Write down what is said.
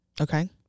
Okay